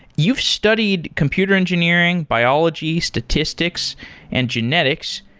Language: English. you've studied computer engineering, biology, statistics and genetics.